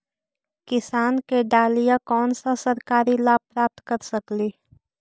किसान के डालीय कोन सा सरकरी लाभ प्राप्त कर सकली?